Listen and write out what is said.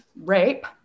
rape